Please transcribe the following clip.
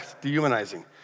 dehumanizing